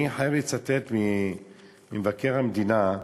אני חייב לצטט את מבקר המדינה,